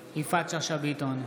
בעד יפעת שאשא ביטון,